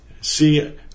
See